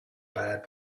bad